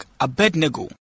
Abednego